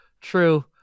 true